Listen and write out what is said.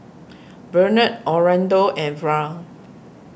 Bennett Orlando and Verl